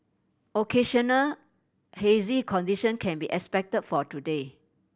occasional hazy condition can be expected for today